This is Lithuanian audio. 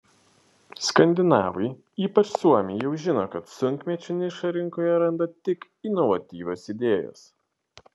skandinavai ypač suomiai jau žino kad sunkmečiu nišą rinkoje randa tik inovatyvios idėjos